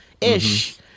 ish